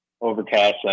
overcast